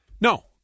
No